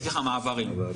סליחה, מעברים.